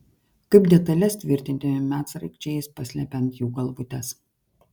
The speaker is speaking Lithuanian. kaip detales tvirtinti medsraigčiais paslepiant jų galvutes